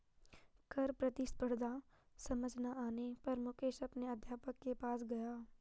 कर प्रतिस्पर्धा समझ ना आने पर मुकेश अपने अध्यापक के पास गया